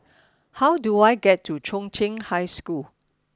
how do I get to Chung Cheng High School